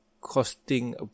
costing